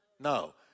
No